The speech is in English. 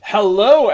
Hello